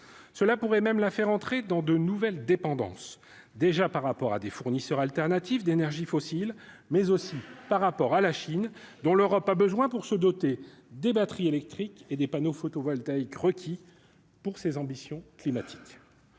cela pourrait même la faire entrer dans de nouvelles dépendances déjà par rapport à des fournisseurs alternatifs d'énergie fossile, mais aussi par rapport à la Chine dont l'Europe a besoin pour se doter des batteries électriques et des panneaux photovoltaïques requis pour ses ambitions climatiques